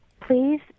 please